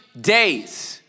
days